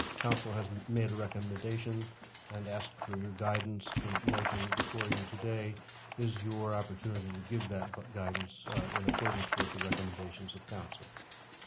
counsel hasn't made a recommendation and asked for your guidance, the motion before you today is your opportunity to give that but guidance in accordance with the recommendations of counsel.